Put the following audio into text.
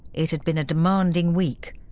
it had been a demanding week.